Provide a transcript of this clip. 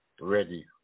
ready